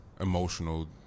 emotional